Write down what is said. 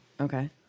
okay